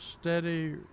steady